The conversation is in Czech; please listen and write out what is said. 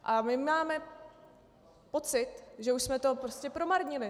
A my máme pocit, že už jsme to prostě promarnili.